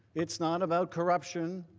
it's not about corruption.